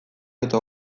eta